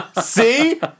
See